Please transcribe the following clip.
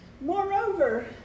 moreover